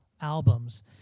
albums